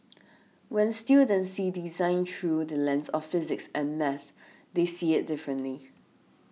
when students see design through the lens of physics and maths they see it differently